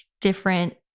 different